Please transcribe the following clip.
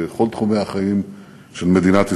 בכל תחומי החיים של מדינת ישראל.